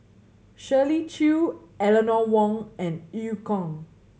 Shirley Chew Eleanor Wong and Eu Kong